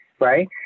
right